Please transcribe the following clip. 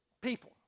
people